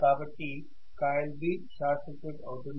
కాబట్టి coil B short circuit అవుతుంది